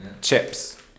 chips